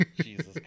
Jesus